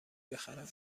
بخرم